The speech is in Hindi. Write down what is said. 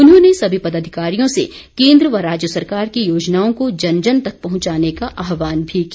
उन्होंने सभी पदाधिकारियों से केन्द्र व राज्य सरकार की योजनाओं को जन जन तक पहंचाने का आहवान भी किया